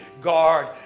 guard